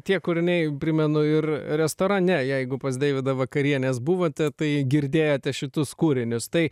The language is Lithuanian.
tie kūriniai primenu ir restorane jeigu pas deividą vakarienės buvote tai girdėjote šitus kūrinius tai